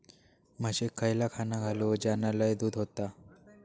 म्हशीक खयला खाणा घालू ज्याना लय दूध देतीत?